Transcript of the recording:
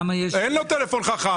אין טלפון חכם.